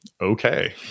okay